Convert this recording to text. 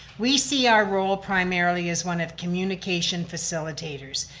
we see our role primarily as one of communication facilitators,